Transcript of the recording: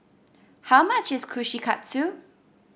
how much is Kushikatsu